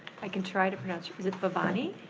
i can try to pronounce, is it bhavani?